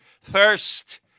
thirst